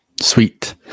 Sweet